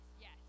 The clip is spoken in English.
Yes